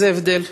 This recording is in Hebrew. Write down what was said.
מה ההבדל?